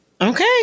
okay